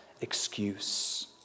excuse